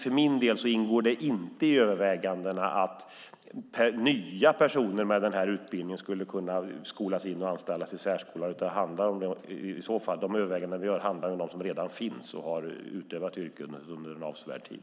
För min del ingår det inte i övervägandena att nya personer med denna utbildning skulle kunna skolas in och anställas i särskolan, utan de överväganden som vi gör handlar om de lärare som redan finns och har utövat yrket under en avsevärd tid.